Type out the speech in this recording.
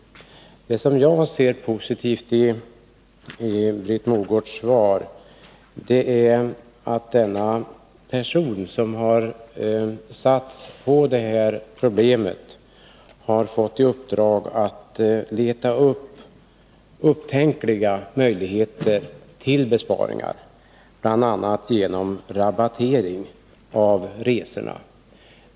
Det som jag ser som positivt i Britt Mogårds svar är att den person som har fått i uppgift att undersöka detta problem har i uppdrag att leta efter tänkbara möjligheter till besparingar, bl.a. genom rabattering av resorna.